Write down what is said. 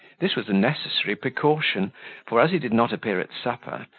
this was a necessary precaution for as he did not appear at supper,